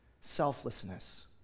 selflessness